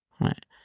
Right